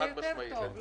חד-משמעית.